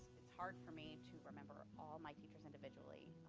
it's hard for me to remember all my teachers individually,